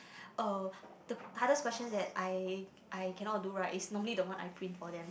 uh the hardest question that I I cannot do right is normally the one I print for them